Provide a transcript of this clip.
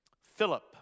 Philip